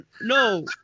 No